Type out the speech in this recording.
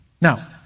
Now